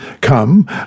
Come